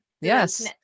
Yes